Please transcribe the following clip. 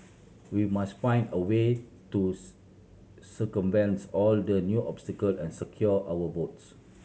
we must find a way to circumvent all the new obstacle and secure our votes